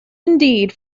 indeed